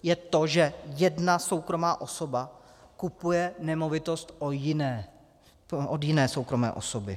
Je to, že jedna soukromá osoba kupuje nemovitost od jiné soukromé osoby.